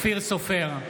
אופיר סופר,